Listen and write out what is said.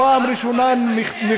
פעם ראשונה, תגיד לי, אין לך מה לדבר?